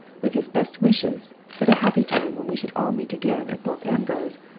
with his best wishes for the happy time when we should all meet again at thorpe ambrose,